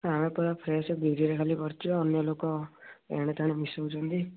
ଆମେ ପୂରା ଫ୍ରେସ୍ ବିରିରେ ଖାଲି କରୁଛୁ ଆଉ ଅନ୍ୟ ଲୋକ ଏଣେ ତେଣେ ମିଶାଉଛନ୍ତି